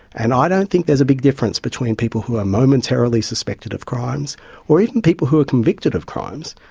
and i don't think there's a big difference between people who are momentarily suspected of crimes or even people who are convicted of crimes,